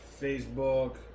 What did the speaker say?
Facebook